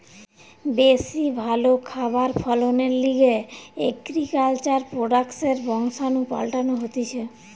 বেশি ভালো খাবার ফলনের লিগে এগ্রিকালচার প্রোডাক্টসের বংশাণু পাল্টানো হতিছে